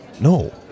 no